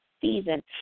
season